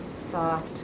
soft